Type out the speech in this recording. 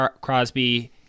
Crosby